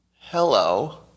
Hello